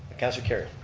councilor kerrio.